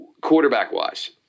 quarterback-wise